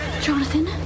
Jonathan